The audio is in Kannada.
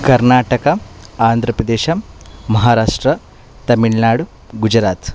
ಕರ್ನಾಟಕ ಆಂಧ್ರ ಪ್ರದೇಶ ಮಹಾರಾಷ್ಟ್ರ ತಮಿಳುನಾಡು ಗುಜರಾತ್